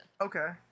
Okay